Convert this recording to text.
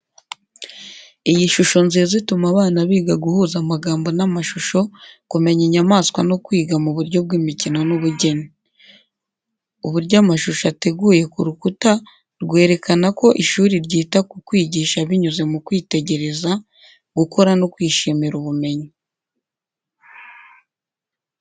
Iyi shusho nziza ituma abana biga guhuza amagambo n’amashusho, kumenya inyamaswa no kwiga mu buryo bw’imikino n’ubugeni. Uburyo amashusho ateguye ku rukuta rwerekana ko ishuri ryita ku kwigisha binyuze mu kwitegereza, gukora no kwishimira ubumenyi.